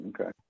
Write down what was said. Okay